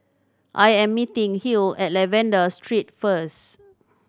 I am meeting Hill at Lavender Street first